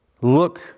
Look